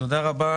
תודה רבה